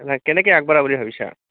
কেনেকৈ আগবঢ়া বুলি ভাবিছা